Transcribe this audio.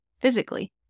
physically